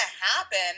happen